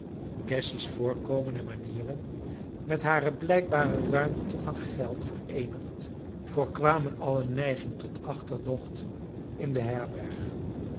cassy's voorkomen en manieren met hare blijkbare ruimte van geld vereenigd voorkwamen alle neiging tot achterdocht in de herberg